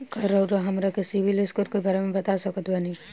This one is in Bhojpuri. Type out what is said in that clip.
का रउआ हमरा के सिबिल स्कोर के बारे में बता सकत बानी?